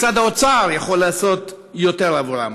משרד האוצר יכול לעשות יותר עבורם.